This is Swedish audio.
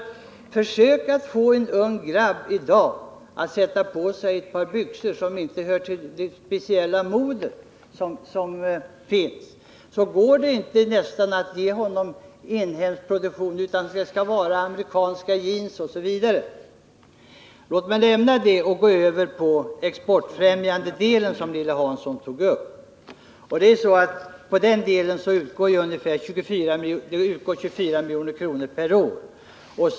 Försök att få en ung grabb i dag att sätta på sig ett par byxor som inte är av visst mode! Det går nästan inte att komma med inhemsk konfektion, utan det skall vara amerikanska jeans osv. Jag skall sedan gå över till den exportfrämjande delen, som Lilly Hansson tog upp. Här utgår 24 milj.kr. per år.